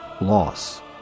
loss